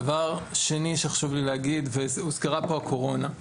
דבר שני שחשוב לי להגיד, הוזכרה פה הקורונה.